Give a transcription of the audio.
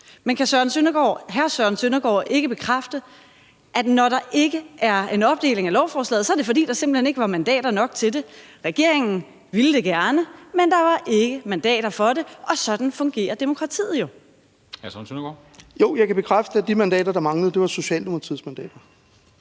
Men kan hr. Søren Søndergaard ikke bekræfte, at når der ikke er en opdeling af lovforslaget, så er det, fordi der simpelt hen ikke var mandater nok til det? Regeringen ville det gerne, men der var ikke mandaterne nok til det, og sådan fungerer demokratiet jo. Kl. 10:16 Formanden (Henrik Dam Kristensen): Hr.